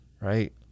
Right